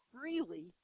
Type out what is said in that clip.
freely